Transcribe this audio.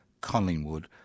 Collingwood